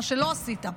מה שלא עשית.